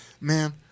man